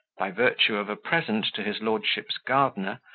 by virtue of a present to his lordship's gardener,